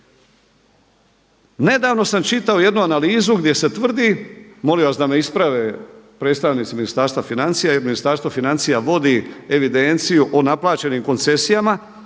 Nedavno sam čitao jednu analizu gdje se tvrdi, molim vas da me isprave predstavnici Ministarstva financija, jer Ministarstvo financija vodi evidenciju o naplaćenim koncesijama.